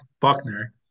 Buckner